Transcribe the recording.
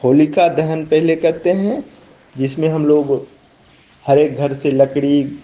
होलिका दहन पेहले करते हैं जिसमें हम लोग हर एक घर से लकड़ी